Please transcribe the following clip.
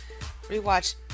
Rewatch